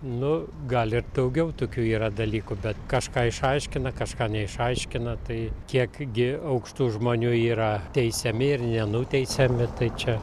nu gal ir daugiau tokių yra dalykų bet kažką išaiškina kažką neišaiškina tai kiek gi aukštų žmonių yra teisiami ir nenuteisiami tai čia